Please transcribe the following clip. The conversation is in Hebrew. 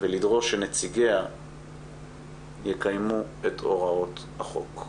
ולדרוש שנציגיה יקיימו את הוראות החוק.